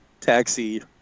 taxi